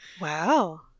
Wow